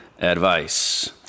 advice